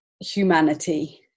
humanity